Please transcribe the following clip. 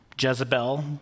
Jezebel